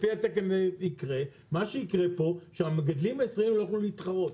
מה שיקרה פה זה שהמגדלים הישראלים לא יוכלו להתחרות.